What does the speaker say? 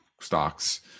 stocks